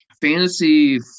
fantasy